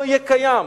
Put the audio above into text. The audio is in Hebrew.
לא יהיה קיים,